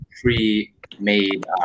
pre-made